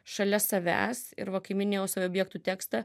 šalia savęs ir va kai minėjo savo objektų tekstą